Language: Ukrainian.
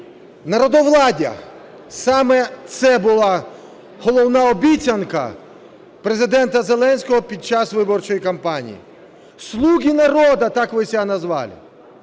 Народовладдя - саме це була головна обіцянка Президента Зеленського під час виборчої кампанії. "Слуги народа"- так вы себя назвали.